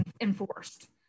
enforced